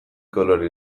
kolore